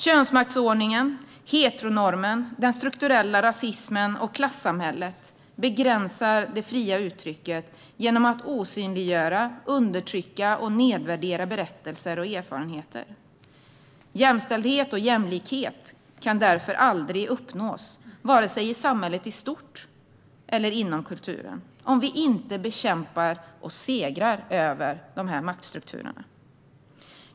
Könsmaktsordningen, heteronormen, den strukturella rasismen och klassamhället begränsar det fria uttrycket genom att osynliggöra, undertrycka och nedvärdera berättelser och erfarenheter. Jämställdhet och jämlikhet kan därför aldrig uppnås, vare sig i samhället i stort eller inom kulturen, om vi inte bekämpar och segrar över dessa maktstrukturer.